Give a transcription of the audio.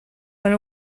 went